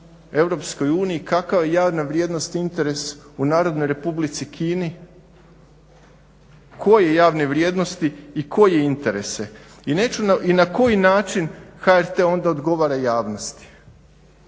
i interes EU kakav je javna vrijednost i interes u Narodnoj Republici Kini? Koje javne vrijednosti i koje interese? I na koji način HRT onda odgovara javnosti?